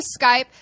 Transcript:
Skype